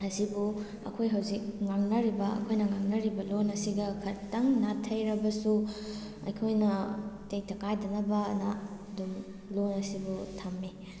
ꯑꯁꯤꯕꯨ ꯑꯩꯈꯣꯏ ꯍꯧꯖꯤꯛ ꯉꯥꯡꯅꯔꯤꯕ ꯑꯩꯈꯣꯏꯅ ꯉꯥꯡꯅꯔꯤꯕ ꯂꯣꯟ ꯑꯁꯤꯒ ꯈꯤꯇꯪ ꯅꯥꯊꯩꯔꯕꯁꯨ ꯑꯩꯈꯣꯏꯅ ꯇꯦꯛꯇ ꯀꯥꯏꯗꯅꯕꯅ ꯑꯗꯨꯝ ꯂꯣꯟ ꯑꯁꯤꯕꯨ ꯊꯝꯃꯤ